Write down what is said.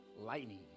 lightning